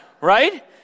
right